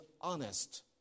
honest